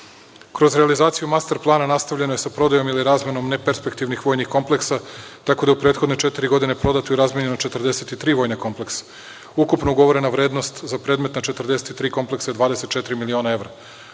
realizaciju master plana nastavljeno je sa prodajom ili razmenom neperspektivih vojnih kompleksa, tako da je u prethodne četiri godine prodato i razmenjeno 43 vojna kompleksa. Ukupno ugovorena vrednost za predmet na 43 kompleksa je 24 miliona evra.